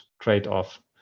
trade-off